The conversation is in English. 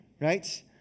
Right